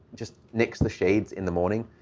just nix the shades in the morning.